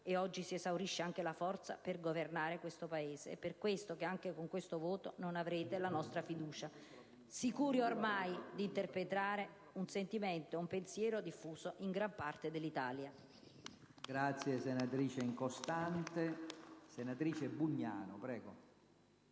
e oggi si esaurisce anche la forza per governare questo Paese. Per tali motivi, anche con questo voto, non avrete la nostra fiducia, sicuri ormai di interpretare un sentimento e un pensiero diffusi in gran parte dell'Italia.